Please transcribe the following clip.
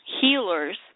healers